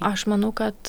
aš manau kad